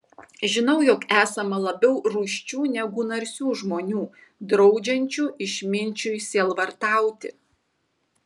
žinau jog esama labiau rūsčių negu narsių žmonių draudžiančių išminčiui sielvartauti